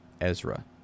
Ezra